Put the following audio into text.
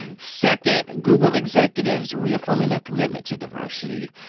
second, google executives reaffirming their commitment to diversity.